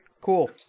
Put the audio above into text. Cool